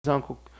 Uncle